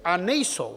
A nejsou.